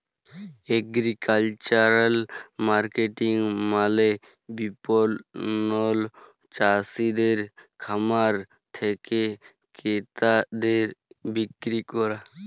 agricultural marketing মালে বিপণল চাসিদের খামার থেক্যে ক্রেতাদের বিক্রি ক্যরা